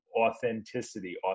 authenticity